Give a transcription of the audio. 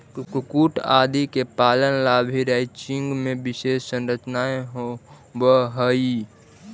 कुक्कुट आदि के पालन ला भी रैंचिंग में विशेष संरचनाएं होवअ हई